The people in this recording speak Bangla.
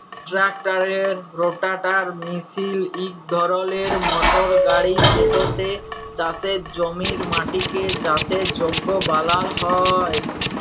ট্রাক্টারের রোটাটার মিশিল ইক ধরলের মটর গাড়ি যেটতে চাষের জমির মাটিকে চাষের যগ্য বালাল হ্যয়